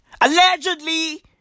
Allegedly